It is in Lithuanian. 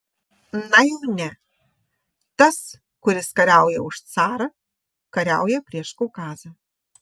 na jau ne tas kuris kariauja už carą kariauja prieš kaukazą